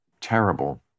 terrible